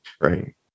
Right